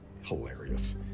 Hilarious